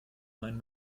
mein